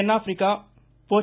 தென்னாப்பிரிக்கா போச்ச